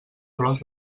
flors